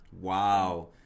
Wow